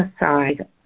aside